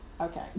Okay